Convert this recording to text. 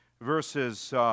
verses